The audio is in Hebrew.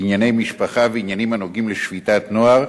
ענייני משפחה ועניינים הנוגעים לשפיטת נוער,